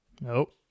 nope